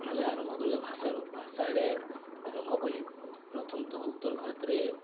ଆମେ ଆରମ୍ଭ କରିବା ଭାଷାରୁ ଭାଷା ଏଡ଼େ ଆରମ୍ଭ କଲେ ପ୍ରଥମତଃ ଉତ୍ତର ଭାରତରେ